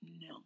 No